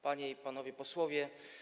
Panie i Panowie Posłowie!